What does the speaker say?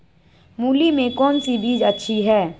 मूली में कौन सी बीज अच्छी है?